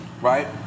right